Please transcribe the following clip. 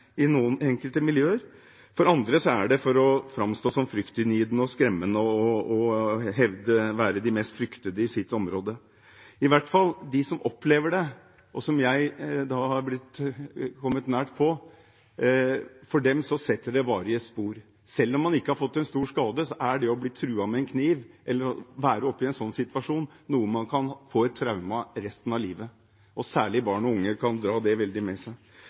enkelte miljøer. For andre er det for å framstå som fryktinngytende og skremmende og være de mest fryktede i sitt område. I hvert fall for dem som opplever dette, og som jeg har kommet nært på, setter det varige spor. Selv om man ikke har fått en stor skade, er det å bli truet med en kniv, eller å være oppe i en sånn situasjon, noe man kan få traume av resten av livet. Særlig barn og unge kan dra det veldig med seg.